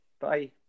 Bye